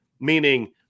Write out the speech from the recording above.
meaning